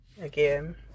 again